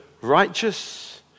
righteous